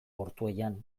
ortuellan